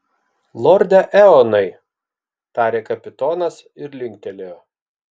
lorde eonai tarė kapitonas ir linktelėjo